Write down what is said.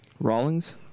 rawlings